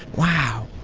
wow.